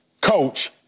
coach